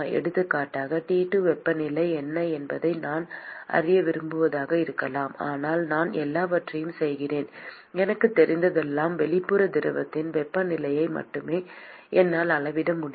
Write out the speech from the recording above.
எடுத்துக்காட்டாக T2 வெப்பநிலை என்ன என்பதை நான் அறிய விரும்புவதாக இருக்கலாம் ஆனால் நான் எல்லாவற்றையும் செய்கிறேன் எனக்குத் தெரிந்ததெல்லாம் வெளிப்புற திரவத்தின் வெப்பநிலையை மட்டுமே என்னால் அளவிட முடியும்